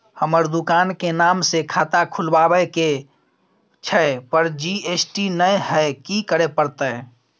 हमर दुकान के नाम से खाता खुलवाबै के छै पर जी.एस.टी नय हय कि करे परतै?